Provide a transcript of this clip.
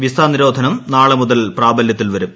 visa നിരോധനം നാളെ മുതൽ പ്രാബല്യത്തിൽ വരും